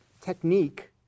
technique